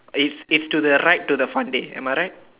it's it's to the right to the fun day am I right